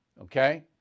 Okay